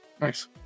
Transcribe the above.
Nice